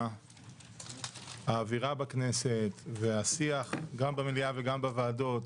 שהאווירה בכנסת, השיח במליאה וגם בוועדות